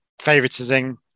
favoritizing